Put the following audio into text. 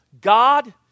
God